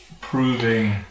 proving